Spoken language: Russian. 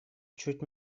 чуть